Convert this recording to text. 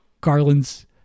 Garland's